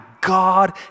God